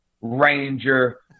ranger